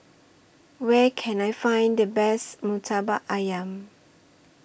Where Can I Find The Best Murtabak Ayam